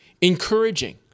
encouraging